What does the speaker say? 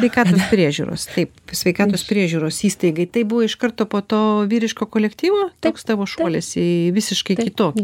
sveikatos priežiūros taip sveikatos priežiūros įstaigai tai buvo iš karto po to vyriško kolektyvo toks tavo šuolis į visiškai kitokį